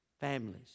families